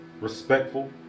Respectful